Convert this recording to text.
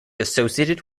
associated